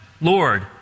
Lord